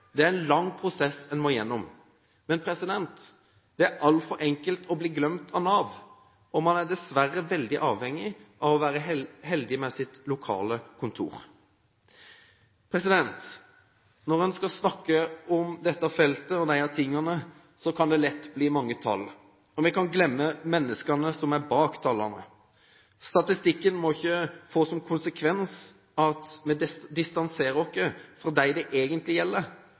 det er en lang prosess en må gjennom. Men det er altfor enkelt å bli glemt av Nav, og man er dessverre veldig avhengig av å være heldig med sitt lokale kontor. Når en skal snakke om dette feltet og disse tingene, kan det lett bli mange tall – og vi kan lett glemme menneskene bak tallene. Statistikken må ikke få som konsekvens at vi distanserer oss fra dem det egentlig gjelder